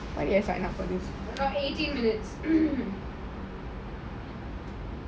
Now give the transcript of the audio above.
why did I sign up for this